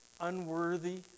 unworthy